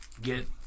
get